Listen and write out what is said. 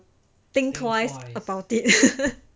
think twice about it